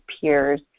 peers